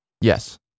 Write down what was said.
Yes